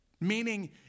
meaning